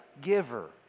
giver